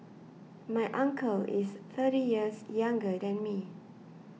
my uncle is thirty years younger than me